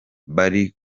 bari